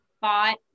bought